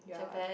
Japan